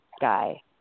guy